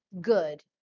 good